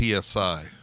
PSI